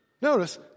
notice